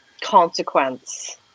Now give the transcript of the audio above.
consequence